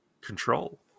control